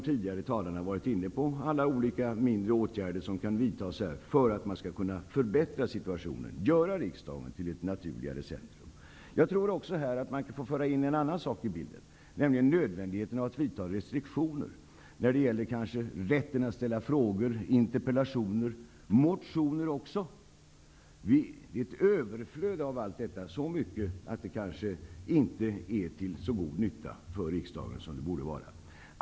Tidigare talare har varit inne på alla möjliga mindre åtgärder som kan vidtas för att situationen skall kunna förbättras, så att riksdagen blir ett mera naturligt centrum. Jag tror att man här också måste ta med en annan sak i bilden, nämligen nödvändigheten av att restriktioner åstadkoms när det gäller rätten att framställa frågor och interpellationer och också rätten att väcka motioner. Det är ett överflöd i det sammanhanget. Ja, det är så mycket att det kanske inte blir till så god nytta för riksdagen som borde vara fallet.